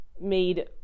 made